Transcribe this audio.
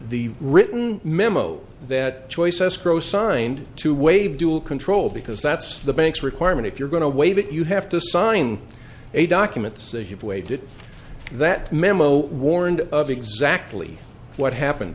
the written memo that choice escrow signed to waive dual control because that's the bank's requirement if you're going to waive it you have to sign a document say you've waited that memo warned of exactly what happened